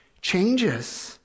changes